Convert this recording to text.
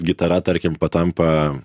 gitara tarkim patampa